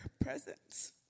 presence